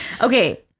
okay